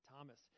Thomas